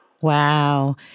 Wow